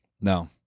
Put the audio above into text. No